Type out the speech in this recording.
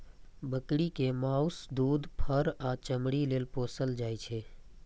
बकरी कें माउस, दूध, फर आ चमड़ी लेल पोसल जाइ छै